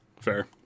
fair